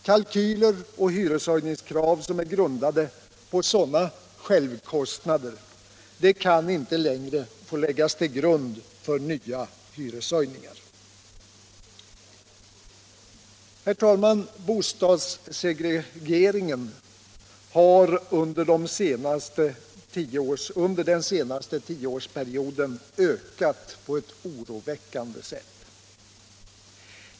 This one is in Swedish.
Kalkyler och hyreshöjningskrav som är grundade på sådana ”självkostnader” kan inte längre få läggas till grund för nya hyreshöjningar. Herr talman! Bostadssegregeringen har under den senaste tioårsperioden ökat på ett oroväckande sätt.